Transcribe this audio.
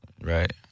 Right